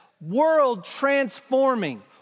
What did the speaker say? world-transforming